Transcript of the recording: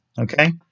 okay